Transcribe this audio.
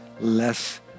less